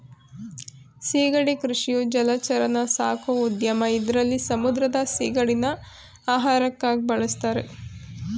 ಸಿಗಡಿ ಕೃಷಿಯು ಜಲಚರನ ಸಾಕೋ ಉದ್ಯಮ ಇದ್ರಲ್ಲಿ ಸಮುದ್ರದ ಸಿಗಡಿನ ಆಹಾರಕ್ಕಾಗ್ ಬಳುಸ್ತಾರೆ